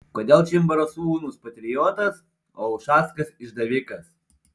kodėl čimbaro sūnus patriotas o ušackas išdavikas